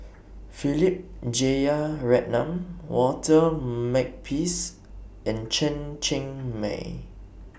Philip Jeyaretnam Walter Makepeace and Chen Cheng Mei